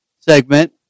segment